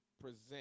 present